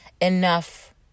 enough